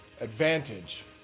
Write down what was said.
Advantage